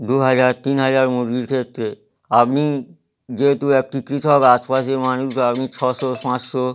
দু হাজার তিন হাজার মুরগির ক্ষেত্রে আপনি যেহেতু একটি কৃষক আশপাশের মানুষ ছশো পাঁচশো